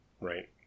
right